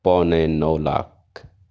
پونے نو لاکھ